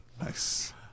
Nice